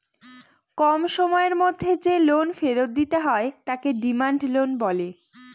কম সময়ের মধ্যে যে লোন ফেরত দিতে হয় তাকে ডিমান্ড লোন বলে